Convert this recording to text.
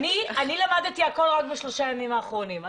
אני למדתי הכול רק בשלושת הימים האחרונים.